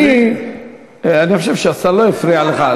אני חושב שהשר לא הפריע לך.